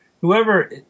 whoever